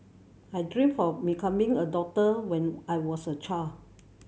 I dreamt of becoming a doctor when I was a child